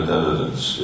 evidence